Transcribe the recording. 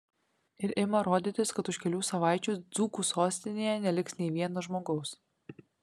ir ima rodytis kad už kelių savaičių dzūkų sostinėje neliks nei vieno žmogaus